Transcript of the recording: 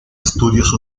estudios